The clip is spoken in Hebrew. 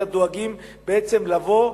אלא דואגים בעצם לבוא,